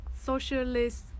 socialist